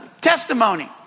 testimony